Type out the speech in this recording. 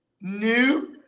New